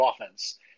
offense